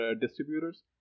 distributors